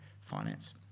finance